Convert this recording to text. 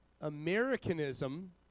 Americanism